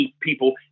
people